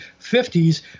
50s